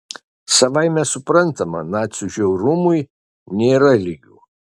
savaime suprantama nacių žiaurumui nėra lygių